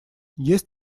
есть